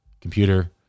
computer